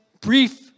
brief